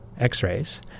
x-rays